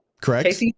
correct